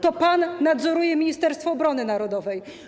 To pan nadzoruje Ministerstwo Obrony Narodowej.